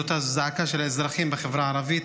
זאת הזעקה של האזרחים בחברה הערבית.